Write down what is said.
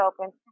open